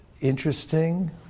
interesting